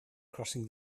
crossing